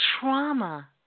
trauma